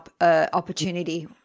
opportunity